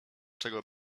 czego